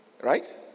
Right